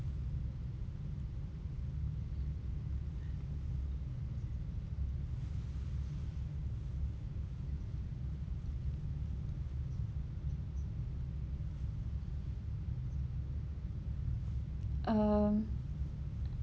um